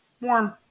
Warm